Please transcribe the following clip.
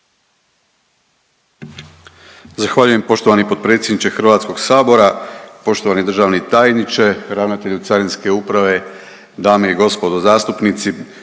Zahvaljujem poštovani potpredsjedniče HS-a. Poštovani državni tajniče, ravnatelju Carinske uprave, dame i gospodo zastupnici.